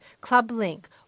clublink